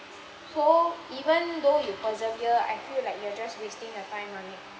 so even though you persevere I feel like you are just wasting your time on it